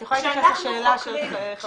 את יכולה לענות לשאלה של חברת הכנסת רוזין?